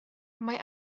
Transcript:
mae